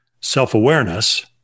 self-awareness